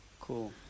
Cool